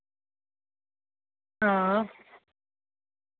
हां